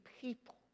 people